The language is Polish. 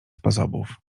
sposobów